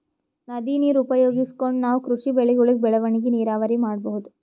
ನದಿ ನೀರ್ ಉಪಯೋಗಿಸ್ಕೊಂಡ್ ನಾವ್ ಕೃಷಿ ಬೆಳೆಗಳ್ ಬೆಳವಣಿಗಿ ನೀರಾವರಿ ಮಾಡ್ಬಹುದ್